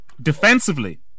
Defensively